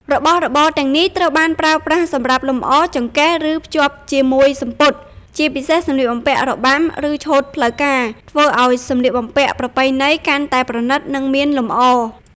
របស់របរទាំងនេះត្រូវបានប្រើប្រាស់សម្រាប់លម្អ ចង្កេះ ឬ ភ្ជាប់ជាមួយសំពត់ (ជាពិសេសសម្លៀកបំពាក់របាំ ឬឈុតផ្លូវការ) ធ្វើឱ្យសម្លៀកបំពាក់ប្រពៃណីកាន់តែ ប្រណីត និងមានលម្អ។